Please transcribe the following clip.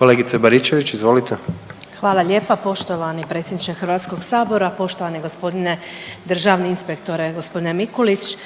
izvolite. **Baričević, Danica (HDZ)** Hvala lijepa poštovani predsjedniče Hrvatskog sabora. Poštovani gospodine državni inspektore, gospodine Mikulić,